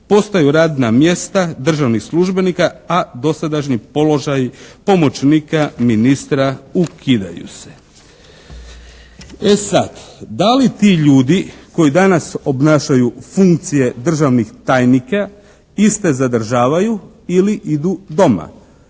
postaju radna mjesta državnih službenika, a dosadašnji položaj pomoćnika ministra ukidaju se." E sad da li ti ljudi koji danas obnašaju funkcije državnih tajnika iste zadržavaju ili idu doma?